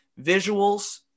visuals